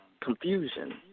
confusion